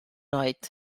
oed